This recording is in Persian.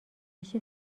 روش